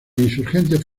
insurgentes